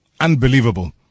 Unbelievable